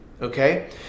okay